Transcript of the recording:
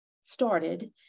started